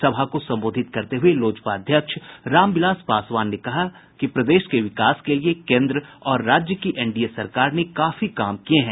सभा को संबोधित करते हुये लोजपा अध्यक्ष रामविलास पासवान ने कहा कि प्रदेश के विकास के लिए केन्द्र और राज्य की एनडीए सरकार ने काफी काम किये हैं